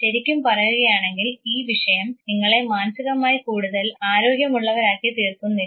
ശരിക്കും പറയുകയാണെങ്കിൽ ഈ വിഷയം നിങ്ങളെ മാനസികമായി കൂടുതൽ ആരോഗ്യമുള്ളവരാക്കി തീർക്കുന്നില്ല